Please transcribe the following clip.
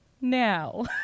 Now